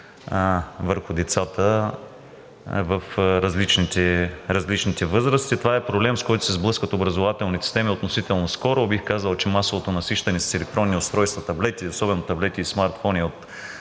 върху децата в различните възрасти. Това е проблем, с който се сблъскват образователните системи относително отскоро. Бих казал, че с масовото насищане с електронни устройства – таблети, особено таблети и смартфони,